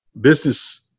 business